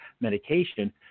medication –